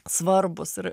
svarbūs ir